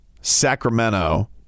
Sacramento